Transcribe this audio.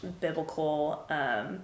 biblical